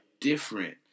different